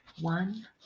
one